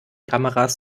kameras